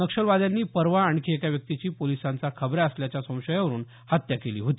नक्षलवाद्यांनी परवा आणखी एका व्यक्तीची पोलिसांचा खबऱ्या असल्याच्या संशयावरून हत्या केली होती